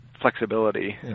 flexibility